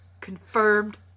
confirmed